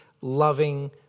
loving